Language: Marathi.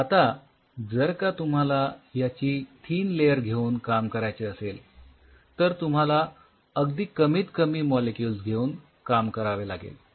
तर आता जर का तुम्हाला याची थीन लेयर घेऊन काम करायचे असेल तर तुम्हाला अगदी कमीत कमी मॉलिक्युल्स घेऊन काम करावे लागेल